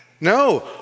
No